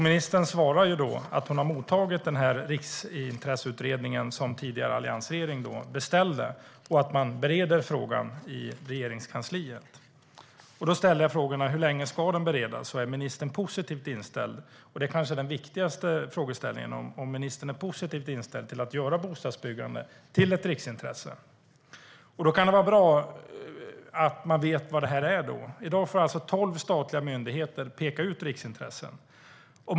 Ministern svarar att hon har mottagit Riksintresseutredningens slutbetänkande som alliansregeringen beställde och att man bereder frågan i Regeringskansliet. Jag frågade: Hur länge ska det här beredas, och är ministern positivt inställd? Den kanske viktigaste frågeställningen är om ministern är positivt inställd till att göra bostadsbyggande till ett riksintresse. Då kan det vara bra att man vet vad det här är. I dag får tolv statliga myndigheter peka ut riksintressen.